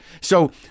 So-